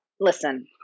listen